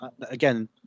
Again